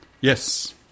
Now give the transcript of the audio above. Yes